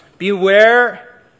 Beware